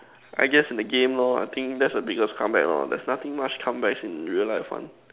I guess in a game lor I think that's the biggest comeback lor there's nothing much comebacks in real life one